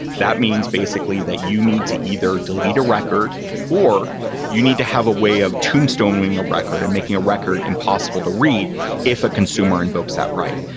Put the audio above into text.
that means basically that you need to either delete a record or you need to have a way of tombstoning a record and making a record impossible to read if a consumer invokes that right.